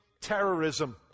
terrorism